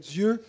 Dieu